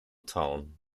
town